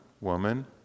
woman